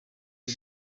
uyu